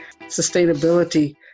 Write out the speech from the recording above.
sustainability